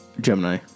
Gemini